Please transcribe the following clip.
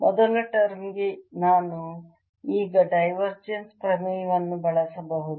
ಮೊದಲ ಟರ್ಮ್ ಗೆ ನಾನು ಈಗ ಡೈವರ್ಜೆನ್ಸ್ ಪ್ರಮೇಯವನ್ನು ಬಳಸಬಹುದು